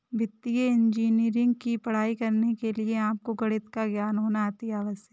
वित्तीय इंजीनियरिंग की पढ़ाई करने के लिए आपको गणित का ज्ञान होना अति आवश्यक है